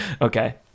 okay